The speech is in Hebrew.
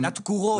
לתקורות.